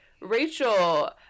Rachel